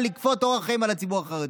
כדי לכפות אורח חיים על הציבור החרדי.